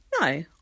no